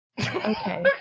Okay